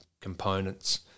components